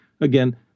again